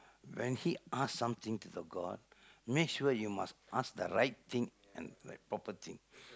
when he ask something to the god make sure you must ask the right thing and like proper thing